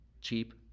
cheap